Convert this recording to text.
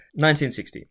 1960